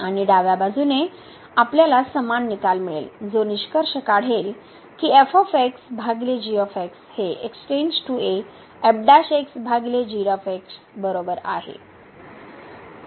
आणि डाव्या बाजूने आपल्याला समान निकाल मिळेल जो निष्कर्ष काढेल की f g हे x → a f g बरोबर आहे